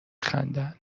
خندند